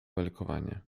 belkowanie